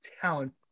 talent